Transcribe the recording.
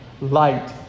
light